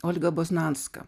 olga boznanska